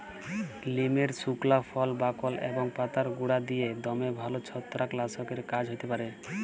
লিমের সুকলা ফল, বাকল এবং পাতার গুঁড়া দিঁয়ে দমে ভাল ছত্রাক লাসকের কাজ হ্যতে পারে